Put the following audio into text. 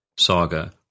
saga